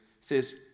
says